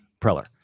Preller